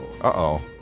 Uh-oh